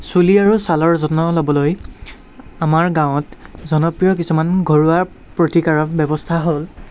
চুলি আৰু চালৰ যত্ন ল'বলৈ আমাৰ গাঁৱত জনপ্ৰিয় কিছুমান ঘৰুৱা প্ৰতিকাৰক ব্য়ৱস্থা হ'ল